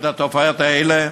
התופעות האלה.